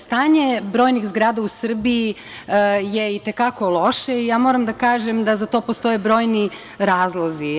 Stanje brojnih zgrada u Srbiji je i te kako loše i moram da kažem da za to postoje brojni razlozi.